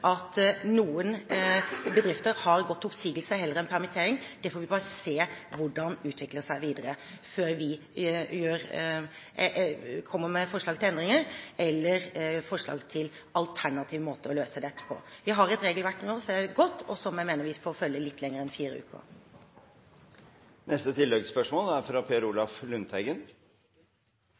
at noen bedrifter har gått til oppsigelse heller enn permittering – det får vi bare se hvordan utvikler seg videre før vi kommer med forslag til endringer eller forslag til en alternativ måte å løse dette på. Vi har et regelverk nå som er godt, og som jeg mener vi må følge litt lenger enn fire uker. Per Olaf Lundteigen – til oppfølgingsspørsmål. Permitteringsordninga er